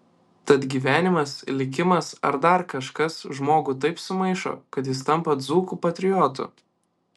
tad gyvenimas likimas ar dar kažkas žmogų taip sumaišo kad jis tampa dzūkų patriotu